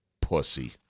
pussy